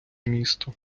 місто